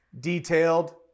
detailed